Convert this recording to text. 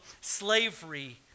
slavery